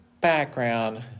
background